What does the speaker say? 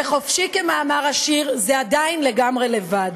וחופשי, כמאמר השיר, זה עדיין לגמרי לבד.